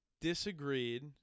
disagreed